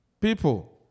people